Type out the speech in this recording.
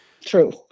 True